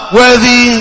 worthy